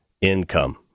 income